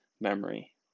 memory